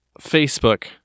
Facebook